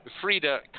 Frida